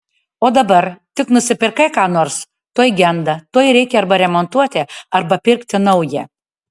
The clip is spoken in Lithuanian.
o dabar tik nusipirkai ką nors tuoj genda tuoj reikia arba remontuoti arba pirkti naują